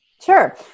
Sure